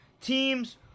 teams